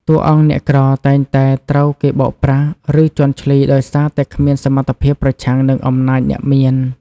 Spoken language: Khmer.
តួអង្គអ្នកក្រតែងតែត្រូវគេបោកប្រាស់ ឬជាន់ឈ្លី ដោយសារតែគ្មានសមត្ថភាពប្រឆាំងនឹងអំណាចអ្នកមាន។